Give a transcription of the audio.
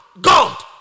God